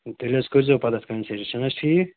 تیٚلہِ حظ کٔرۍزیٚو پتہٕ اَتھ کَنٛسیشَن چھِنہٕ حظ ٹھیٖک